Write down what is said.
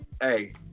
hey